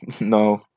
No